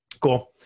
cool